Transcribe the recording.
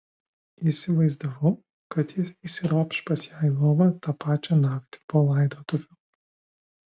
įsivaizdavau kad jis įsiropš pas ją į lovą tą pačią naktį po laidotuvių